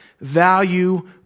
value